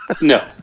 No